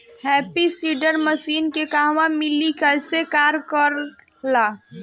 Happy seeder machine के कहवा मिली कैसे कार कर ला?